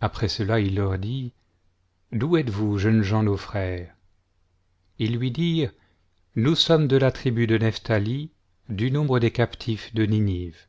après cela il leur dit d'où êtesvous jeunes gens nos frères ils lui dirent nous sommes de la tribu de nephthali du nombre des captifs de ninive